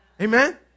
Amen